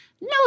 No